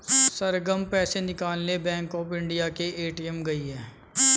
सरगम पैसे निकालने bank of India के ए.टी.एम गई है